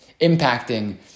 impacting